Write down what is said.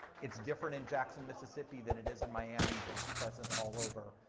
it's different in jackson, mississippi than it is in miami but it's present all over,